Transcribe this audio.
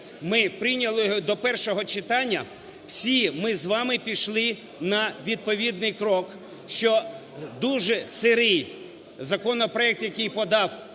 ми прийняли його до першого читання всі ми з вами пішли на відповідний крок, що дуже сирий законопроект, який подав